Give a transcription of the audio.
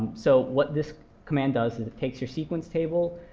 so what this command does is it takes your sequence table,